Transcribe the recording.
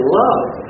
love